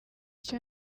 icyo